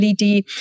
LED